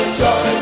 joy